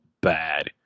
bad